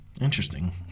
Interesting